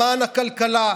למען הכלכלה,